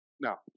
Now